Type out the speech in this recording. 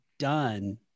done